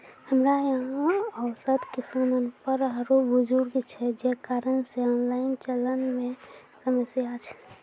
हमरा यहाँ औसत किसान अनपढ़ आरु बुजुर्ग छै जे कारण से ऑनलाइन चलन मे समस्या छै?